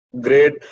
great